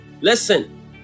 listen